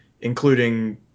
including